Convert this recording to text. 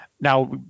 Now